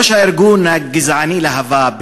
ראש הארגון הגזעני להב"ה,